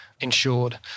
insured